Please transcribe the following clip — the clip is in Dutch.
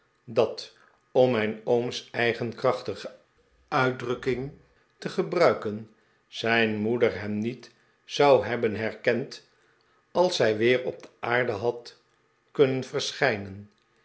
dat om mijn ooms eigen krachtige uitdrukking te gebruiken zijn moeder hem niet zou hebben herkend als zij weer op de aarde had kunnen verschijnen